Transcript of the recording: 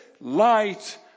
light